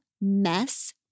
Mess